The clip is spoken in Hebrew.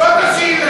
זאת השאלה.